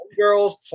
Girls